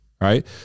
right